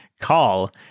call